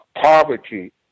poverty